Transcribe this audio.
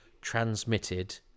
transmitted